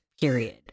period